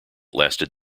lasted